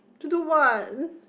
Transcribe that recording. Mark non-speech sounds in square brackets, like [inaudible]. to do what [noise]